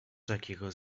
takiego